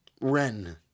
Wren